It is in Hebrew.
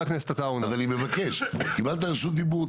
אז אני מבקש קיבלת ראשות דיבור,